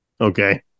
okay